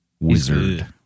wizard